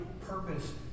purpose